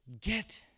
get